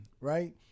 right